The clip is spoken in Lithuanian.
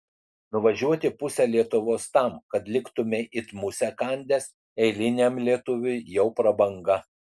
nuvažiuoti pusę lietuvos tam kad liktumei it musę kandęs eiliniam lietuviui jau prabanga